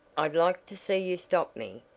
i'd like to see you stop me!